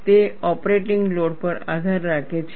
તે operating load પર આધાર રાખે છે